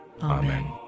Amen